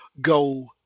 go